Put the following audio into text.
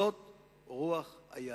זאת רוח היהדות.